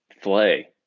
flay